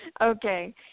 Okay